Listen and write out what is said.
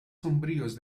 sombríos